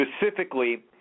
Specifically